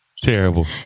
Terrible